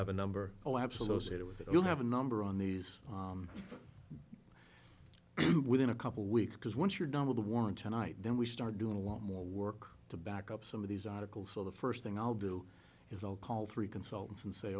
have a number oh absolutely it will have a number on these within a couple weeks because once you're done with the warrant tonight then we start doing a lot more work to back up some of these articles so the first thing i'll do is i'll call three consultants and say